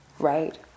Right